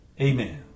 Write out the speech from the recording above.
amen